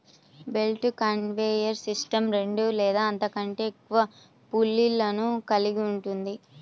belt conveyor system రెండు లేదా అంతకంటే ఎక్కువ పుల్లీలను కలిగి ఉంటుంది